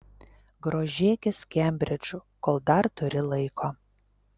grožėkis kembridžu kol dar turi laiko